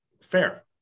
Fair